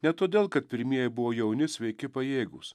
ne todėl kad pirmieji buvo jauni sveiki pajėgūs